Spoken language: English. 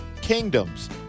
kingdoms